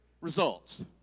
results